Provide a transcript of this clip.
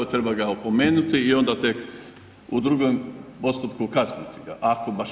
Treba ga opomenuti i onda tek u drugom postupku kazniti ga, ako baš.